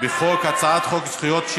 חוק הצעת חוק זכויות,